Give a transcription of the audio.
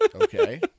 okay